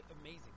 amazing